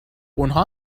اونها